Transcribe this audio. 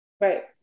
Right